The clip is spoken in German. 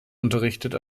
unterrichtet